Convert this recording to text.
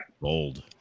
Bold